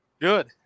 Good